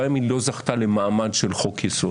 גם אם היא לא זכתה למעמד של חוק יסוד.